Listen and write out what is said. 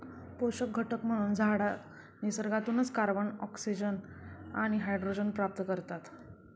पोषक घटक म्हणून झाडं निसर्गातूनच कार्बन, ऑक्सिजन आणि हायड्रोजन प्राप्त करतात